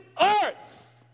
earth